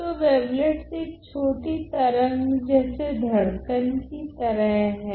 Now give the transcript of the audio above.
तो वेवलेट्स एक छोटी तरंग जैसे धड़कन कि तरह हैं